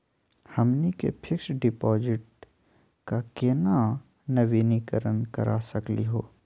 हमनी के fix deposit क केना नवीनीकरण करा सकली हो?